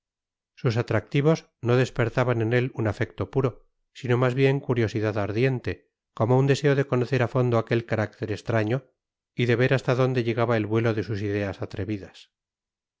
sus atractivos no despertaban en él un afecto puro sino más bien curiosidad ardiente como un deseo de conocer a fondo aquel carácter extraño y de ver hasta dónde llegaba el vuelo de sus ideas atrevidas